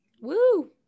Woo